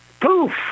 poof